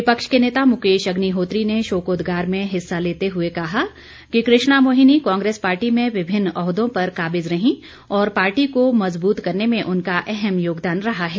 विपक्ष के नेता मुकेश अग्निहोत्री ने शोकोदगार में हिस्सा लेते हुए कहा कि कृष्णा मोहिन कांग्रेस पार्टी में विभिन्न ओहदों पर काबिज रही और पार्टी को मजबूत करने में उनका अहम योगदान रहा है